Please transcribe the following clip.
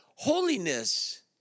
Holiness